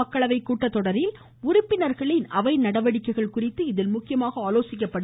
மக்களவை கூட்டத்தொடரில் உறுப்பினர்களின் அவை நடப்பு நடவடிக்கைகள் குறித்து இதில் முக்கியமாக ஆலோசிக்கப்படும்